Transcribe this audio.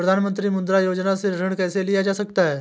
प्रधानमंत्री मुद्रा योजना से ऋण कैसे लिया जा सकता है?